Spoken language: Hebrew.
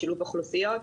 שילוב אוכלוסיות,